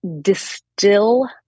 distill